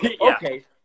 okay